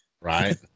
Right